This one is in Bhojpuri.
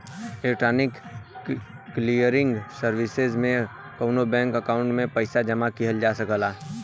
इलेक्ट्रॉनिक क्लियरिंग सर्विसेज में कउनो बैंक अकाउंट में पइसा जमा किहल जा सकला